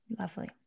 lovely